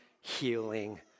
healing